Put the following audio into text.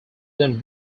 then